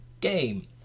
game